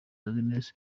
agnes